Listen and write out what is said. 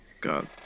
God